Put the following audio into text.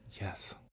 Yes